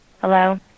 Hello